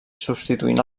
substituint